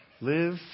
Live